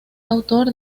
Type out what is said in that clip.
autor